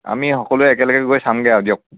আমি সকলোৱে একেলগে গৈ চামগৈ আৰু দিয়ক